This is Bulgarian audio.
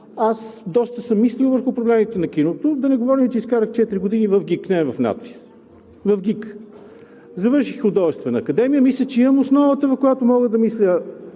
аз доста съм мислил върху проблемите на киното, да не говорим, че изкарах четири години ВГИК – не в НАТФИЗ. Завърших Художествената академия, мисля, че имам основата, на която мога да мисля